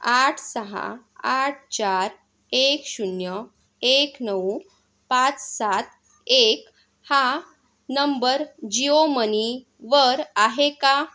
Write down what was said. आठ सहा आठ चार एक शून्य एक नऊ पाच सात एक हा नंबर जिओ मनीवर आहे का